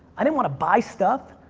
i didn't wanna buy stuff.